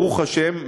ברוך השם,